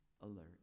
alert